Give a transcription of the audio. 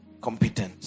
Competent